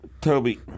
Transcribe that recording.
Toby